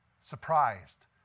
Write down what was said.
surprised